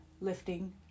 lifting